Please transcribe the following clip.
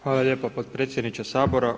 Hvala lijepa potpredsjedniče Sabora.